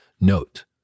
Note